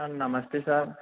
sir నమస్తే sir